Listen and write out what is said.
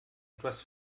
etwas